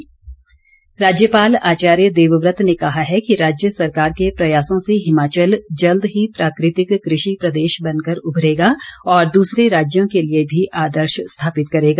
राज्यपाल राज्यपाल आचार्य देवव्रत ने कहा है कि राज्य सरकार के प्रयासों से हिमाचल जल्द ही प्राकृतिक कृषि प्रदेश बनकर उभरेगा और दूसरे राज्यों के लिए भी आदर्श स्थापित करेगा